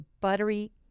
buttery